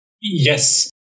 Yes